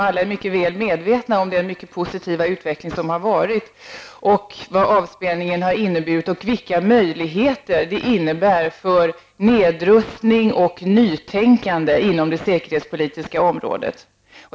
Alla är medvetna om den mycket positiva utveckling som har ägt rum i Europa, vad avspänningen har inneburit samt vilka möjligheter det innebär för nedrustning och nytänkande inom det säkerhetspolitiska området.